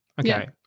Okay